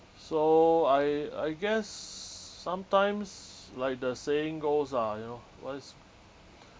so I I guess sometimes like the saying goes ah you know what's